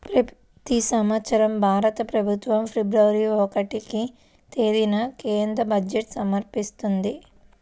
ప్రతి సంవత్సరం భారత ప్రభుత్వం ఫిబ్రవరి ఒకటవ తేదీన కేంద్ర బడ్జెట్ను సమర్పిస్తది